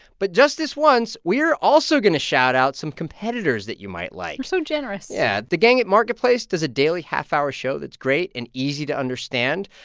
but just this once, we're also going to shout out some competitors that you might like we're so generous yeah. the gang at marketplace does a daily half-hour show that's great and easy to understand.